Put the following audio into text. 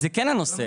זה כן הנושא.